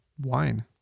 wine